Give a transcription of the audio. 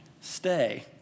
stay